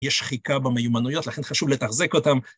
יש שחיקה במיומנויות, לכן חשוב לתחזק אותן.